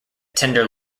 tender